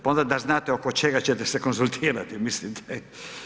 Pa onda da znate oko čega ćete se konzultirati, mislite.